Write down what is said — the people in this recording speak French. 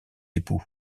époux